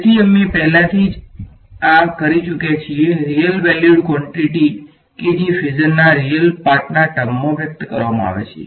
તેથી અમે પહેલાથી જ આ કરી ચૂક્યા છીએ રીયલ વેલ્યુડ ક્વોંટીટી કે જે ફેસર ના રીયલ પાર્ટના ટર્મમા વ્યક્ત કરવામાં આવે છે